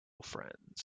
friends